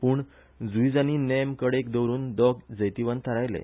पूण जुईजानी नेम कडेक दवरुन दोग जैतिवंत थारायले